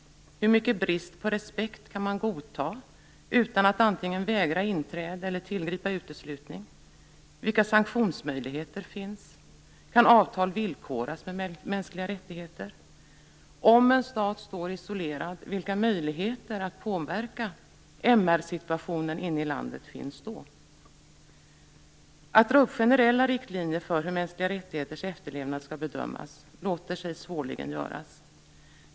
Hur mycket brist på respekt kan man godta utan att antingen vägra inträde eller tillgripa uteslutning? Vilka sanktionsmöjligheter finns? Kan avtal villkoras med mänskliga rättigheter? Vilka möjligheter att påverka MR-situationen inne i landet finns om en stat står isolerad? Att dra upp generella riktlinjer för hur mänskliga rättigheters efterlevnad skall bedömas låter sig svårligen göras.